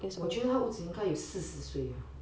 我觉得他的屋子应该有四十岁